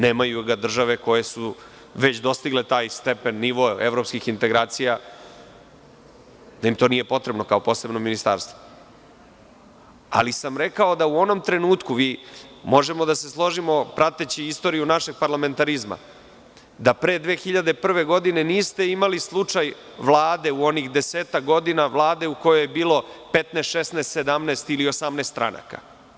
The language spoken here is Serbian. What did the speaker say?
Nemaju ga države koje su već dostigle taj stepen, nivo evropskih integracija, jer im to nije potrebno kao posebno ministarstvo, ali sam rekao da u onom trenutku, možemo da se složimo prateći istoriju našeg parlamentarizma, da pre 2001. godine niste imali slučaj Vlade u onih desetak godina, Vlade u kojoj je bilo 15, 16, 17 ili 18 stranaka.